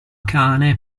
cane